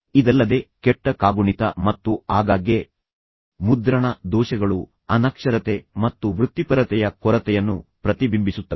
ಇದಲ್ಲದೆ ಕೆಟ್ಟ ಕಾಗುಣಿತ ಮತ್ತು ಆಗಾಗ್ಗೆ ಮುದ್ರಣ ದೋಷಗಳು ಅನಕ್ಷರತೆ ಮತ್ತು ವೃತ್ತಿಪರತೆಯ ಕೊರತೆಯನ್ನು ಪ್ರತಿಬಿಂಬಿಸುತ್ತವೆ